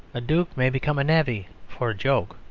a duke may become a navvy for a joke,